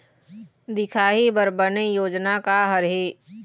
दिखाही बर बने योजना का हर हे?